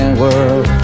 world